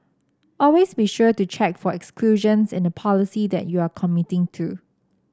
always be sure to check for exclusions in the policy that you are committing to